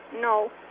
No